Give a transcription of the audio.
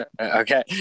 Okay